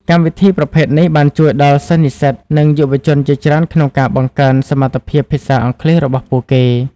កម្មវិធីប្រភេទនេះបានជួយដល់សិស្សនិស្សិតនិងយុវជនជាច្រើនក្នុងការបង្កើនសមត្ថភាពភាសាអង់គ្លេសរបស់ពួកគេ។